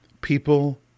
people